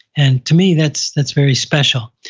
and to me, that's that's very special.